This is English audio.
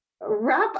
wrap